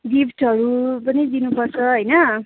गिफ्टहरू पनि दिनुपर्छ होइन